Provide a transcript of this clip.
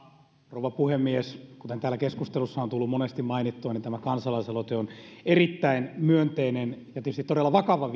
rouva puhemies kuten täällä keskustelussa on on tullut monesti mainittua niin tämä kansalaisaloite on erittäin myönteinen ja tietysti todella vakava